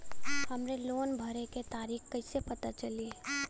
हमरे लोन भरे के तारीख कईसे पता चली?